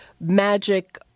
magic